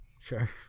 Sure